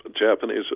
Japanese